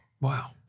Wow